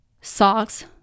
socks